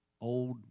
old